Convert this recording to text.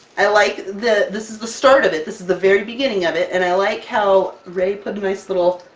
i like that this is the start of it, this is the very beginning of it! and i like how rae put a nice little.